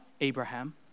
Abraham